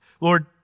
Lord